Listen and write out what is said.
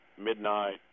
midnight